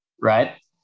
right